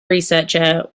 researcher